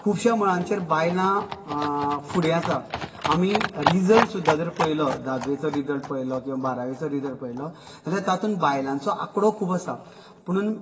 खुबशा मळांचेर बायलां फुडें आसा आमी रिजल्ट सुद्दां जर पळयलो धाव्वेचो रिजल्ट पळयलो किंवां बारावेचो रिजल्ट पळयलो जाल्यार तातूंत बायलांचो आंकडो खूब आसा पुणून